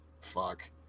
fuck